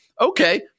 okay